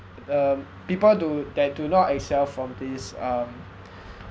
uh people do that do not excel from these um